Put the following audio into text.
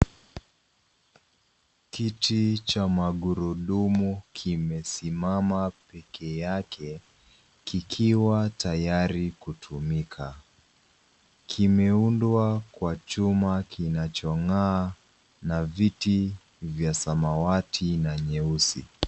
Kiti cha magurudumu kimesimama peke yake kikiwa tayari kutumika. Kimeundwa kwa chuma kinachong'aa na viti vya samawati na nyeusi.